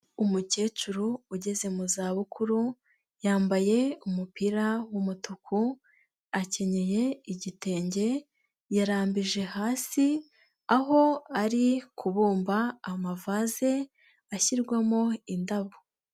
Umukecuru ugeze mu za bukuru yambaye umupira w'umutuku, akenyeye igitenge, yarambije hasi, aho ari kubumba amavase ashyirwamo indabo.